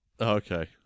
Okay